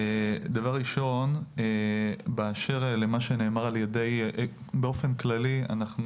דבר ראשון, באשר למה שנאמר, באופן כללי אנחנו